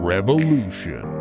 Revolution